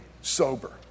sober